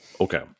Okay